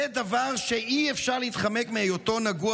זה דבר שאי-אפשר להתחמק מהיותו נגוע